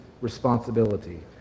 responsibility